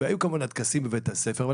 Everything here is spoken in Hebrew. היו כמובן הטקסים בבית הספר,